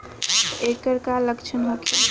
ऐकर का लक्षण होखे?